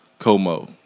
como